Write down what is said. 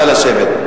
נא לשבת.